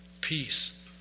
Peace